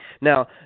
Now